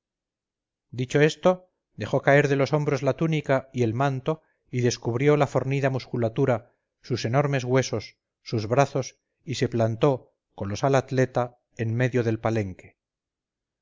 dicho esto dejó caer de los hombros la túnica y el manto y descubrió la fornida musculatura sus enormes huesos sus brazos y se plantó colosal atleta en medio del palenque